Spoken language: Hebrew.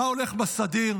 מה הולך בסדיר,